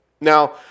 Now